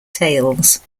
tails